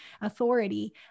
authority